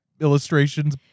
illustrations